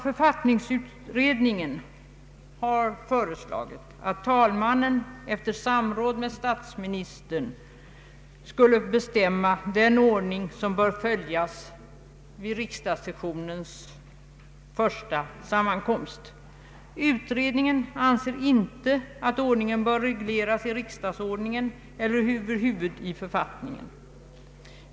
Författningsutredningen har föreslagit att talmannen, efter samråd med statsministern, skall bestämma den ordning som bör följas vid riksdagssessionens = första sammankomst. Utredningen anser inte att den ordningen bör regleras i riksdagsordningen eller över huvud taget i författningen.